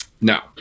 Now